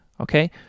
okay